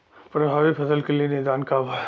प्रभावित फसल के निदान का बा?